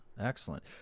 Excellent